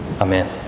Amen